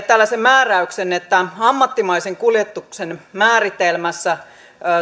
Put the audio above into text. tällaisen määräyksen että ammattimaisen kuljetuksen määritelmässä